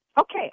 Okay